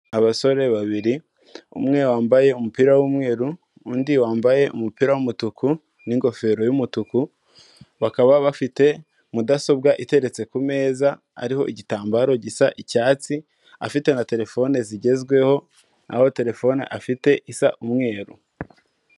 Abasore babiri umwe wambaye umupira w'umweru, undi wambaye umupira w'umutuku n'ingofero y'umutuku bakaba bafite mudasobwa iteretse ku meza ariho igitambaro gisa icyatsi afite na terefone zigezweho aho terefone afite isa umweru.